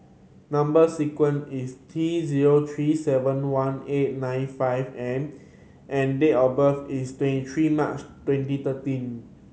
number sequence is T zero three seven one eight nine five M and and date of birth is twenty three March twenty thirteen